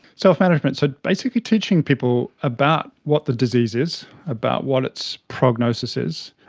self-management, so basically teaching people about what the disease is, about what its prognosis is,